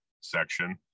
section